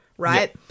Right